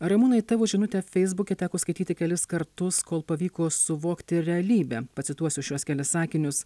ramūnai tavo žinutę feisbuke teko skaityti kelis kartus kol pavyko suvokti realybę pacituosiu šiuos kelis sakinius